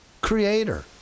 creator